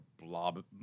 blob